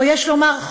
או יש לומר,